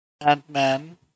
Ant-Man